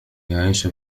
يعيش